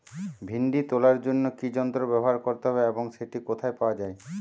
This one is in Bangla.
ভিন্ডি তোলার জন্য কি যন্ত্র ব্যবহার করতে হবে এবং সেটি কোথায় পাওয়া যায়?